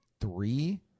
three